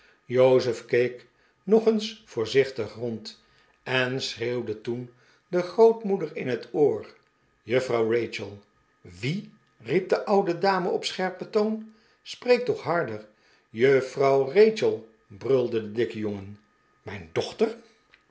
jozef keek nog eens voorzichtig rond en schreeuwde toen de grootmoeder in het oor juffrouw rachel wie riep de oude dame op scherpen toon spreek toch harder juffrouw rachel brulde de dikke jongen mijn dochter